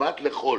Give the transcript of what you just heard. משבת לחול.